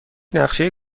نقشه